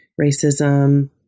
racism